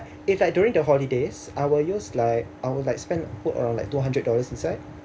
if like during the holidays I'll use like I'll like spend put around like two hundred dollars inside